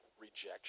rejection